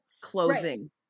clothing